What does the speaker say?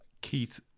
Keith